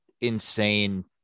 insane